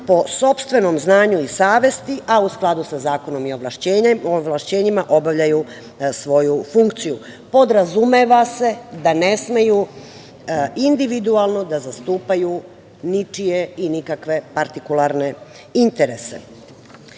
po sopstvenom znanju i savesti, a u skladu sa zakonom i ovlašćenjima obavljaju svoju funkciju. Podrazumeva se da ne smeju individualno da zastupaju ničije i nikakve partikularne interese. Niko